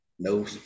No